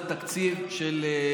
על תקציב של,